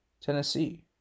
Tennessee